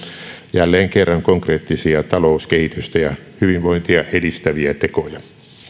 jälleen kerran konkreettisia talouskehitystä ja hyvinvointia edistäviä tekoja